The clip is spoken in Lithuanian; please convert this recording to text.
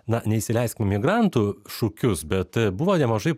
na neįsileiskim migrantų šūkius bet buvo nemažai